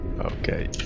Okay